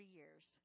years